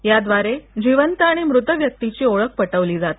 याद्वारे जीवंत आणि मृत व्यक्तिची ओळख पटविता येते